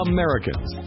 Americans